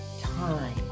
time